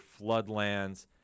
Floodlands